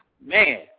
man